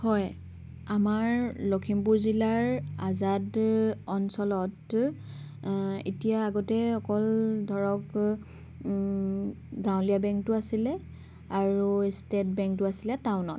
হয় আমাৰ লখিমপুৰ জিলাৰ আজাদ অঞ্চলত এতিয়া আগতে অকল ধৰক গাঁৱলীয়া বেংকটো আছিলে আৰু ষ্টেট বেংকটো আছিলে টাউনত